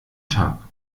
tag